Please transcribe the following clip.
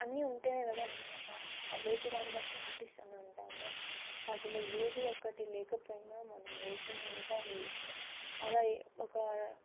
అన్నీ ఉంటేనే కదా మనం ఆకా అవి వేసేదాన్ని బట్టి ఆర్టిస్ట్ అని అంటాము వాటిలో ఏది ఒక్కటీ లేకపోయినా మనం వేసిందంతా వేస్ట్ అలా ఒకా